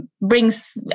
brings